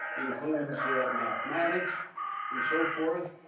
includes mathematics and so forth.